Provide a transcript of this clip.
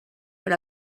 per